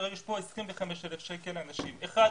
יש פה 25,000. אחת,